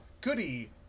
goody